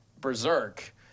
Berserk